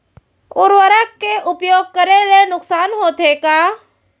उर्वरक के उपयोग करे ले नुकसान होथे का?